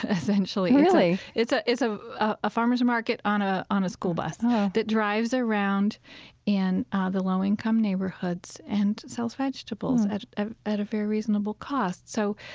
essentially, really? it's ah ah a farmers' market on ah on a school bus that drives around in ah the low-income neighborhoods and sells vegetables at ah at a very reasonable cost. so